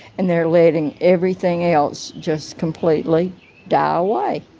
and they're letting everything else just completely die away.